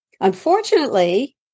Unfortunately